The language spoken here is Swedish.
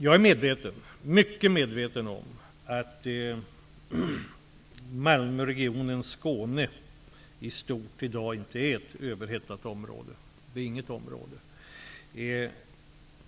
Jag är mycket medveten om att Malmöregionen och Skåne i stort inte är ett överhettat område i dag, det är inget område.